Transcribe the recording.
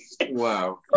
Wow